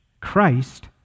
Christ